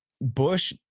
Bush